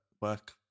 work